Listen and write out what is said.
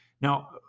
Now